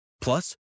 Plus